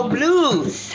Blues